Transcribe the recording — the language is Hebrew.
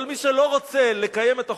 אבל מי שלא רוצה לקיים את החובות,